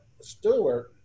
Stewart